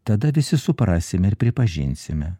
tada visi suprasime ir pripažinsime